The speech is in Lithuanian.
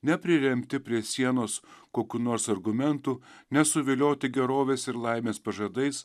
nepriremti prie sienos kokių nors argumentų nesuvilioti gerovės ir laimės pažadais